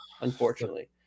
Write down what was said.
unfortunately